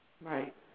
Right